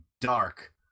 dark